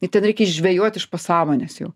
ir ten reikia išžvejot iš pasąmonės jau